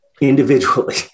individually